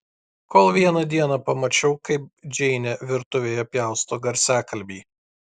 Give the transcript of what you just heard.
kol vieną dieną pamačiau kaip džeinė virtuvėje pjausto garsiakalbį